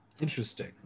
Interesting